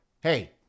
hey